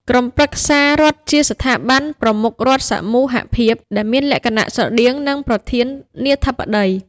ក្រុមប្រឹក្សារដ្ឋជាស្ថាប័នប្រមុខរដ្ឋសមូហភាព ដែលមានលក្ខណៈស្រដៀងនឹងប្រធានាធិបតី ។